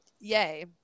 yay